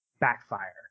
backfire